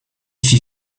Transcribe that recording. fit